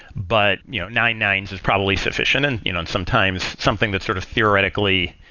but you know nine nines is probably sufficient and you know sometimes something that sort of theoretically,